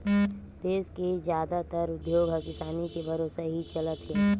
देस के जादातर उद्योग ह किसानी के भरोसा ही चलत हे